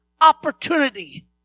opportunity